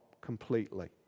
completely